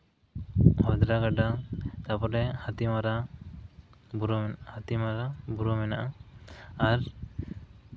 ᱜᱷᱟᱜᱽᱨᱟ ᱜᱟᱰᱟ ᱛᱟᱨᱯᱚᱨᱮ ᱦᱟᱹᱛᱤᱢᱟᱨᱟ ᱦᱟᱹᱛᱤᱢᱟᱨᱟ ᱛᱟᱨᱯᱚᱨᱮ ᱢᱮᱱᱟᱜᱼᱟ ᱟᱨ